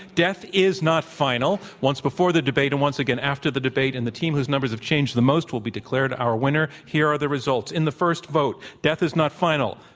death is not final, once before the debate and once again after the debate, and the team whose numbers have changed the most will be declared our winner. here are the results. in the first vote, death is not final,